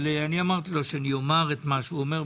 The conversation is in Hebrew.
אבל אני אמרתי לו שאני אומר את מה שהוא אומר.